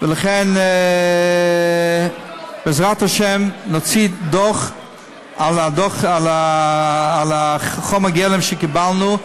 ולכן בעזרת השם נוציא דוח על חומר הגלם שקיבלנו,